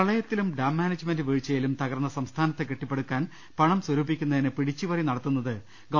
പ്രളയത്തിലും dam management വീഴ്ചയിലും തകർന്ന സംസ്ഥാനത്തെ കെട്ടിപ്പടുക്കാൻ പണം സ്വരൂപിക്കുന്നതിന് പിടിച്ചു പറി നടത്തുന്നത് ഗവ